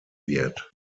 wird